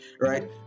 right